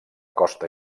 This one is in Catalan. costa